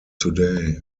today